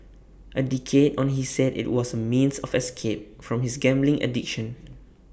A decade on he said IT was A means of escape from his gambling addition